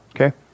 okay